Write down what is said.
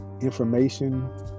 information